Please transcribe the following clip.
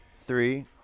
three